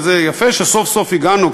וזה יפה שסוף-סוף הגענו,